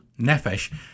nefesh